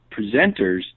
presenters